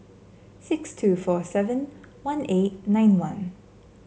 six two four seven one eight nine one